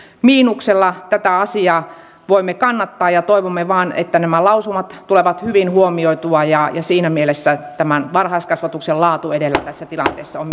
miinuksella tätä asiaa voimme kannattaa toivomme vain että nämä lausumat tulee hyvin huomioitua ja siinä mielessä varhaiskasvatuksen laatu edellä tässä tilanteessa on